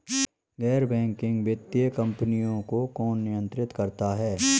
गैर बैंकिंग वित्तीय कंपनियों को कौन नियंत्रित करता है?